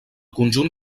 conjunt